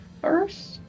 first